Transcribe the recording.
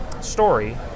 story